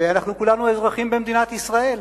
ואנחנו כולנו אזרחים במדינת ישראל.